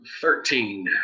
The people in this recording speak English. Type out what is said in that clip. Thirteen